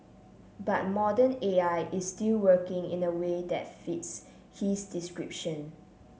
but modern A I is still working in a way that fits his description